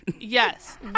Yes